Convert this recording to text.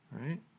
right